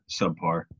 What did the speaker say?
subpar